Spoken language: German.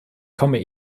komme